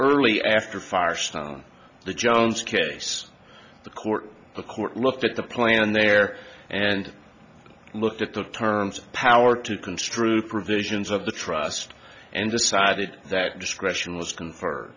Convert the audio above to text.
early after firestone the jones case the court the court looked at the plane in there and looked at the terms of power to construe provisions of the trust and decided that discretion was